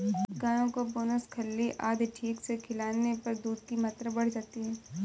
गायों को बेसन खल्ली आदि ठीक से खिलाने पर दूध की मात्रा बढ़ जाती है